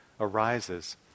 arises